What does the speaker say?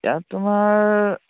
ইয়াত তোমাৰ